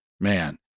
man